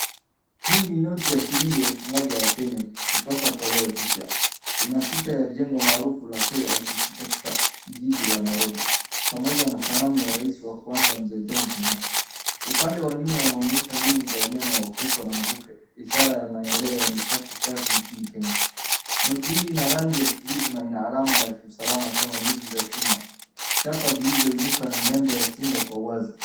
Hii ni noti ya shilingi elfu moja ya Kenya kutoka toleo jipya. Ina picha ya jengo maarufu ya KICC katika jiji la Nairobi pamoja na sanamu ya rais wa kwanza mzee Jomo Kenyatta. Upande wa nyuma unaonyesha nguvu za umeme wa upepo na mvuke ishara ya maendeleo ya nishaki safi nchini Kenya. Noti hii ina rangi ya kijivu na ina alama ya kiusalama kama nyuzi za chuma. Chapa zilizoinuka na nembo ya simba kwa uwaza.